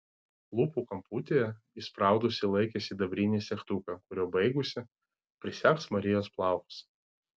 lūpų kamputyje įspraudusi laikė sidabrinį segtuką kuriuo baigusi prisegs marijos plaukus